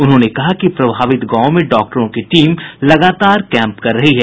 उन्होंने कहा कि प्रभावित गांवों में डॉक्टरों की टीम लगातार कैंप कर रही है